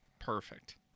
perfect